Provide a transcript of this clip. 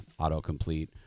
autocomplete